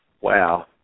Wow